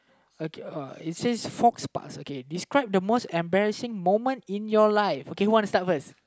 okay it says faux pas okay describe the most embarrassing moment in your life okay who wanna start first